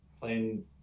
playing